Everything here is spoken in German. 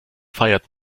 feiert